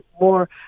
more